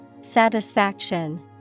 Satisfaction